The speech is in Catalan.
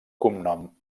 cognom